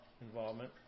involvement